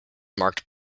marked